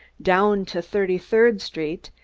down to thirty-third street,